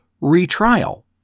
retrial